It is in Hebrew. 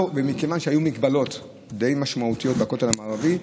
מכיוון שהיו מגבלות די משמעותיות בכותל המערבי,